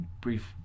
brief